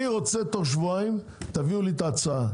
אני רוצה תוך שבועיים שתביאו לי את ההצעה,